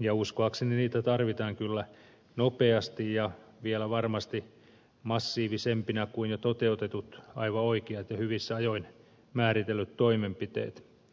ja uskoakseni niitä tarvitaan kyllä nopeasti ja vielä varmasti massiivisempina kuin jo toteutetut aivan oikeat ja hyvissä ajoin määritellyt toimenpiteet